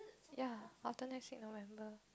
ya after next week November